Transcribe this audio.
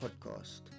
Podcast